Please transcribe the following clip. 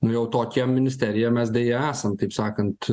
nu jau tokia ministerija mes deja esam taip sakant